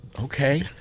Okay